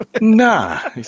Nah